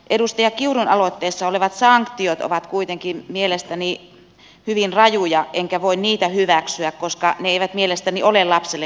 edustaja kiurun aloitteessa olevat sanktiot ovat kuitenkin mielestäni hyvin rajuja enkä voi niitä hyväksyä koska ne eivät mielestäni ole lapselle hyväksi